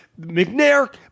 McNair